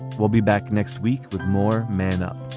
we'll be back next week with more men up